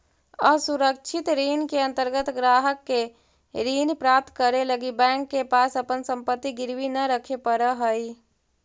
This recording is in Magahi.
असुरक्षित ऋण के अंतर्गत ग्राहक के ऋण प्राप्त करे लगी बैंक के पास अपन संपत्ति गिरवी न रखे पड़ऽ हइ